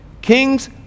Kings